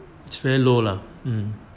it's very low lah